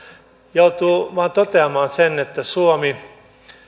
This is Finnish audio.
joutuu vaan toteamaan sen että suomi voi